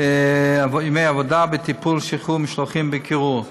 עבודה בטיפול בשחרור משלוחים בקירור.